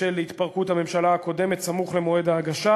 בשל התפרקות הממשלה הקודמת סמוך למועד ההגשה,